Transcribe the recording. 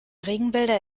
regenwälder